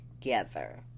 together